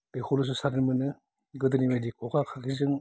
बेखौल'सो सारनो मोनो गोदोनि बायदि खखा खाखिजों